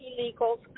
illegals